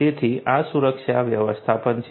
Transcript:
તેથી આ સુરક્ષા વ્યવસ્થાપન છે